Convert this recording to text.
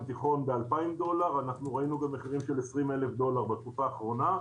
התיכון ב-2,000 דולר ראינו גם מחירים של 20,000 דולר בתקופה האחרונה,